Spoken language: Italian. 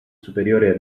superiore